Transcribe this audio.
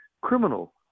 criminal